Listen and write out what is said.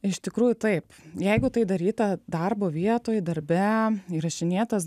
iš tikrųjų taip jeigu tai daryta darbo vietoj darbe įrašinėtas